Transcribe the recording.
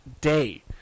day